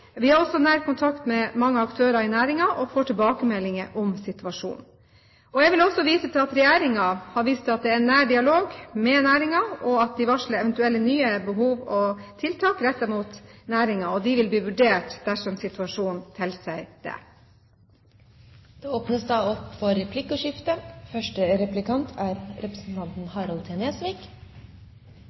Vi har også nær kontakt med mange aktører i næringen og får tilbakemeldinger om situasjonen. Jeg vil også vise til at Regjeringen har en nær dialog med næringen og varsler at eventuelle nye tiltak rettet mot næringen vil bli vurdert, dersom situasjonen tilsier det. Det blir replikkordskifte. Mitt spørsmål tar utgangspunkt i innlegget fra representanten